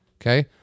Okay